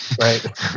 right